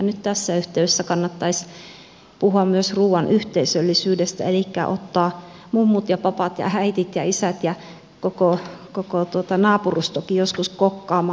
nyt tässä yhteydessä kannattaisi puhua myös ruuan yhteisöllisyydestä elikkä ottaa mummut ja papat ja äidit ja isät ja koko naapurustokin joskus kokkaamaan